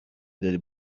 دادی